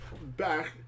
back